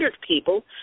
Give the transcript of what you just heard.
people